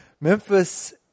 Memphis